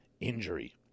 injury